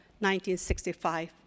1965